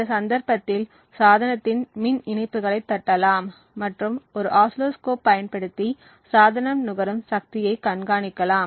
இந்த சந்தர்ப்பத்தில் சாதனத்தின் மின் இணைப்புகளைத் தட்டலாம் மற்றும் ஒரு ஆசிலோஸ்கோப் பயன்படுத்தி சாதனம் நுகரும் சக்தியைக் கண்காணிக்கலாம்